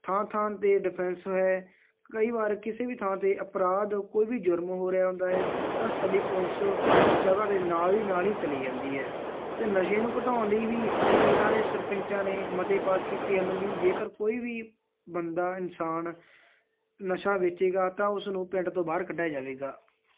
ਥਾਂ ਥਾਂ 'ਤੇ ਡਿਫੈਂਸ ਹੈ ਕਈ ਵਾਰ ਕਿਸੇ ਵੀ ਥਾਂ 'ਤੇ ਅਪਰਾਧ ਕੋਈ ਵੀ ਜੁਰਮ ਹੋ ਰਿਹਾ ਹੁੰਦਾ ਹੈ ਤਾਂ ਸਾਡੀ ਪੁਲਿਸ ਉਸ ਜਗ੍ਹਾ ਦੇ ਨਾਲ ਹੀ ਨਾਲ ਹੀ ਚਲੀ ਜਾਂਦੀ ਹੈ ਅਤੇ ਨਸ਼ੇ ਨੂੰ ਘਟਾਉਣ ਲਈ ਵੀ ਪਿੰਡਾਂ ਦੇ ਸਰਪੰਚਾਂ ਨੇ ਮਤੇ ਪਾਸ ਕੀਤੇ ਹਨ ਵੀ ਜੇਕਰ ਕੋਈ ਵੀ ਬੰਦਾ ਇਨਸਾਨ ਨਸ਼ਾ ਵੇਚੇਗਾ ਤਾਂ ਉਸਨੂੰ ਪਿੰਡ ਤੋਂ ਬਾਹਰ ਕੱਢਿਆ ਜਾਵੇਗਾ